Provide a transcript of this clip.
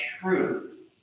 truth